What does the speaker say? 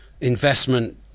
investment